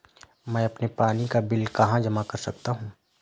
मैं अपने पानी का बिल कहाँ जमा कर सकता हूँ?